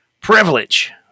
privilege